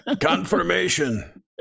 Confirmation